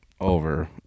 over